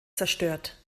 zerstört